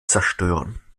zerstören